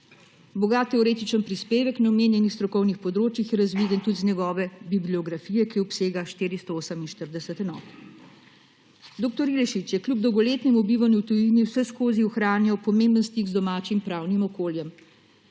Bogat teoretični prispevek na omenjenih strokovnih področjih je razviden tudi iz njegove bibliografije, ki obsega 448 enot. Dr. Ilešič je kljub dolgoletnemu bivanju v tujini vseskozi ohranjal pomemben stik z domačim pravnim okoljem.